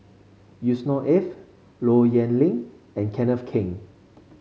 Yusnor Ef Low Yen Ling and Kenneth Keng